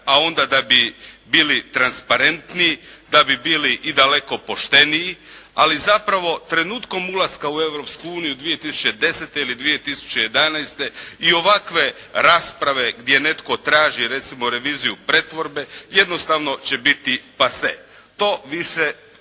a onda da bi bili transparentniji, da bi bili i daleko pošteniji ali zapravo trenutkom ulaska u Europsku uniju 2010. ili 2011. i ovakve rasprave gdje netko traži recimo reviziju pretvorbe jednostavno će biti pasé. To više